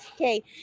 Okay